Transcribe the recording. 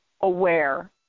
aware